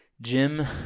Jim